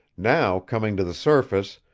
now, coming to the surface,